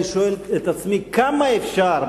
אני שואל את עצמי: כמה אפשר,